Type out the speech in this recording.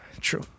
true